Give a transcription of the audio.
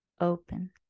open